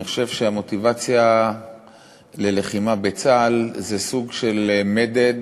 אני חושב שהמוטיבציה ללחימה בצה"ל זה סוג של מדד